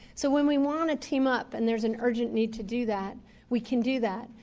so when we want to team up and there's an urgent need to do that we can do that.